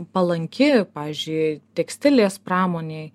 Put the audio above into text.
palanki pavyzdžiui tekstilės pramonėj